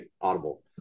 audible